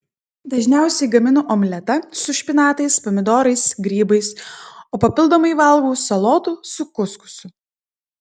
dažniausiai gaminu omletą su špinatais pomidorais grybais o papildomai valgau salotų su kuskusu